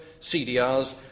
CDRs